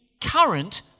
current